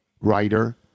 writer